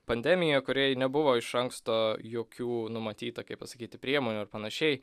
pandemija kuriai nebuvo iš anksto jokių numatyta kaip pasakyti priemonių ar panašiai